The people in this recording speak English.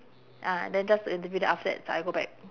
ah and then just to interview then after that za~ I go back